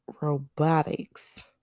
robotics